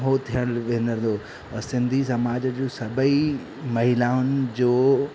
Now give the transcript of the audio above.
इहो थियलु विनर्दो ऐं सिंधी समाज जो सभई महिलाउनि जो